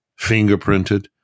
fingerprinted